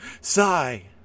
Sigh